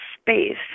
space